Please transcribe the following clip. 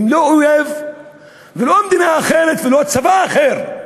הם לא אויב ולא מדינה אחרת ולא צבא אחר.